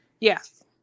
Yes